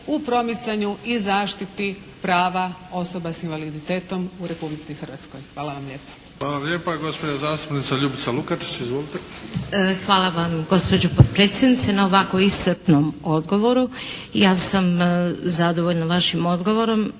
u promicanju i zaštiti prava osoba sa invaliditetom u Republici Hrvatskoj. Hvala vam lijepa. **Bebić, Luka (HDZ)** Hvala lijepa. Gospođa zastupnica Ljubica Lukačić. Izvolite. **Lukačić, Ljubica (HDZ)** Hvala vam gospođo potpredsjednice na ovako iscrpnom odgovoru. Ja sam zadovoljna vašim odgovorom,